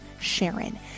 Sharon